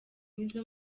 nizo